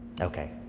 Okay